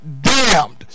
damned